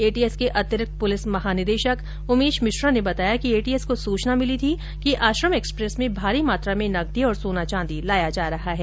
ATS के अतिरिक्त police महानिदेशक उमेश मिश्रा ने बताया कि एटीएस को सूचना मिली थी कि आश्रम एक्सप्रेस में भारी मात्रा में नकदी और सोना चांदी लाया जा रहा है